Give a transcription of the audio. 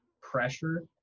pressure